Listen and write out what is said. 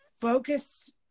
focus